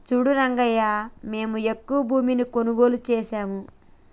సూడు రంగయ్యా మేము ఎక్కువ భూమిని కొనుగోలు సేసాము